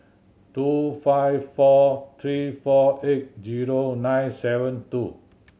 two five four three four eight zero nine seven two